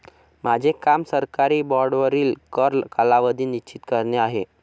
माझे काम सरकारी बाँडवरील कर कालावधी निश्चित करणे आहे